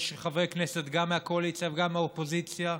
יש חברי כנסת, גם מהקואליציה וגם מהאופוזיציה,